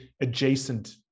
adjacent